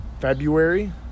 February